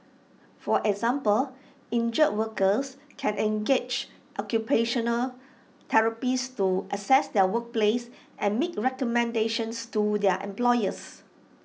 for example injured workers can engage occupational therapists to assess their workplace and make recommendations to their employers